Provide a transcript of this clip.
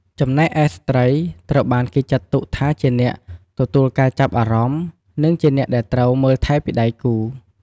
ចំណែកឯស្ត្រីត្រូវបានគេចាត់ទុកថាជាអ្នក ទទួលការចាប់អារម្មណ៍ និងជាអ្នកដែលត្រូវ មើលថែ ពីដៃគូ។